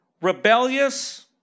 rebellious